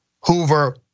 Hoover